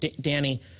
Danny